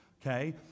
okay